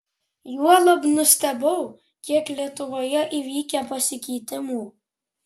juolab nustebau kiek lietuvoje įvykę pasikeitimų